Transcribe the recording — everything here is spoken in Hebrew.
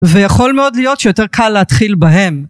ויכול מאוד להיות שיותר קל להתחיל בהם.